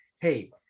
hey